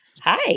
Hi